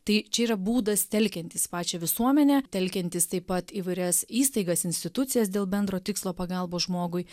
tai čia yra būdas telkiantis pačią visuomenę telkiantis taip pat įvairias įstaigas institucijas dėl bendro tikslo pagalbos žmogui